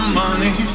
money